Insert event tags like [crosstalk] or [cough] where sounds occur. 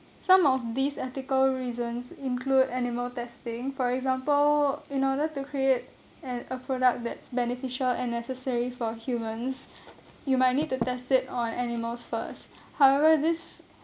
some of these ethical reasons include animal testing for example in order to create an a product that's beneficial and necessary for humans [breath] you might need to test it on animals first however this